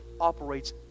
operates